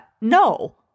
No